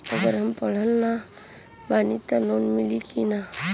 अगर हम पढ़ल ना बानी त लोन मिली कि ना?